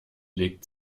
legt